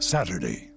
Saturday